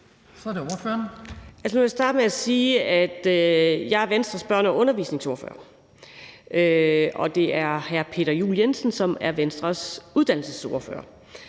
nu vil jeg starte med at sige, at jeg er Venstres børne- og undervisningsordfører, og at det er hr. Peter Juel-Jensen, som er Venstres uddannelsesordfører.